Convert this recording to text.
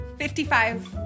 55%